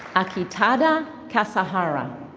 akitada kasahara.